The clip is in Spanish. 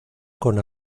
con